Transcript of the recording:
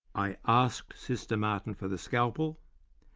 i asked sister martin for the scalpel,